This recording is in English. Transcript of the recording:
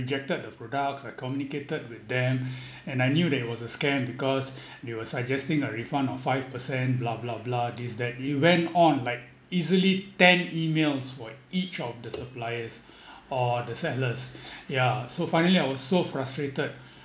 rejected the products I communicated with them and I knew that it was a scam because they were suggesting a refund of five percent blah blah blah this that they went on like easily ten emails for each of the suppliers or the settlers yeah so finally I was so frustrated